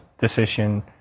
decision